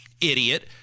idiot